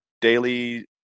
daily